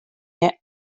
near